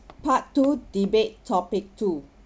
part two debate topic two